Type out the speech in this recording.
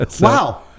Wow